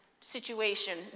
situation